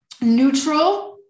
neutral